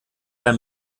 herr